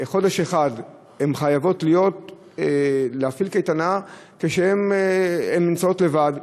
חודש אחד הן חייבות להפעיל קייטנה כשהן נמצאות לבד,